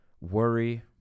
worry